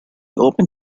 open